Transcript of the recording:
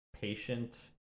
patient